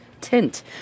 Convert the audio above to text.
tint